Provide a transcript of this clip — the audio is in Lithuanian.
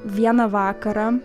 vieną vakarą